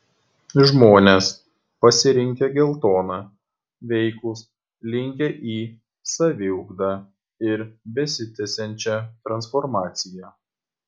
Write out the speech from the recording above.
žmones pasirinkę geltoną veiklūs linkę į saviugdą ir besitęsiančią transformaciją